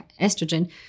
estrogen